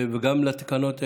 גם לתקנות אלה,